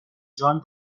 جان